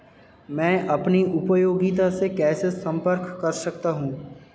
मैं अपनी उपयोगिता से कैसे संपर्क कर सकता हूँ?